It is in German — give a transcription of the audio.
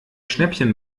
schnäppchen